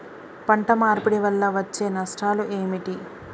పంట మార్పిడి వల్ల వచ్చే నష్టాలు ఏమిటి?